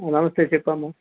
నమస్తే చెప్పమ్మ